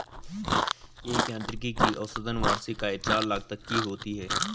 एक यांत्रिकी की औसतन वार्षिक आय चार लाख तक की होती है